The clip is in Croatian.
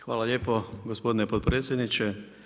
Hvala lijepo gospodine potpredsjedniče.